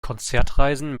konzertreisen